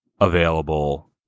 available